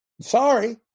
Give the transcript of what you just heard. Sorry